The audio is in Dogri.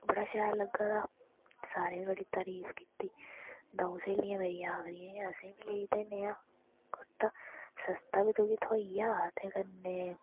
बडा शैल लग्गा दा सारें बड़ी तरीफ कीती द'ऊं स्हेलियां मेरियां आखदियां असें बी लेई दे नेहा कुर्ता सस्ता बी तुकी थ्होई गेआ ते कन्नै